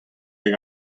hag